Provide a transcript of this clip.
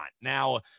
Now